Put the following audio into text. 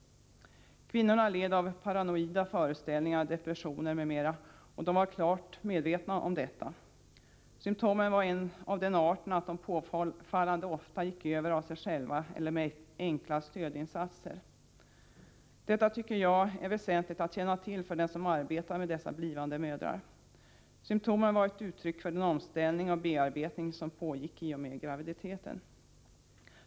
Studien visade att kvinnorna led av paranoida föreställningar, depressioner m.m., och att de var klart medvetna om detta. Symtomen var av den arten att de påfallande ofta gick över av sig själva eller med enkla stödinsatser. Detta tycker jag är väsentligt att känna till för den som arbetar med blivande mödrar. Symtomen var ett uttryck för den omställning och bearbetning som pågick i och med graviditeten.